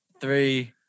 three